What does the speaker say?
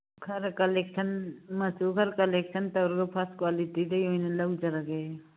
ꯈꯔ ꯀꯂꯦꯛꯁꯟ ꯃꯆꯨ ꯈꯔ ꯀꯂꯦꯛꯁꯟ ꯇꯧꯔꯒ ꯐꯥꯔꯁ ꯀ꯭ꯋꯥꯂꯤꯇꯤꯗꯒꯤ ꯑꯣꯏꯅ ꯂꯧꯖꯔꯒꯦ